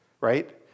Right